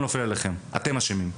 אתם אשמים.